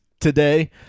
Today